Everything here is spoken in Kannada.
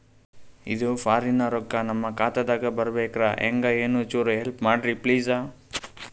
ಇದು ಫಾರಿನ ರೊಕ್ಕ ನಮ್ಮ ಖಾತಾ ದಾಗ ಬರಬೆಕ್ರ, ಹೆಂಗ ಏನು ಚುರು ಹೆಲ್ಪ ಮಾಡ್ರಿ ಪ್ಲಿಸ?